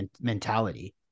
mentality